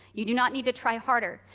you do not need to try harder.